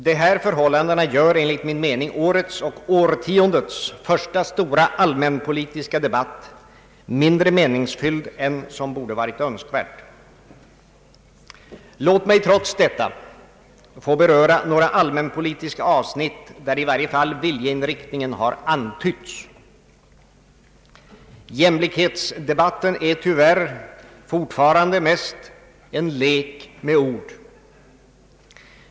Dessa förhållanden gör, enligt min mening, årets och årtiondets första stora allmänpolitiska debatt mindre meningsfull än som hade varit önskvärt. Låt mig trots detta förhållande beröra några allmänpolitiska avsnitt, där i varje fall viljeinriktningen har antytts. Jämlikhetsdebatten är tyvärr fortfarande i mångt och mycket en lek med ord.